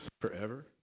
forever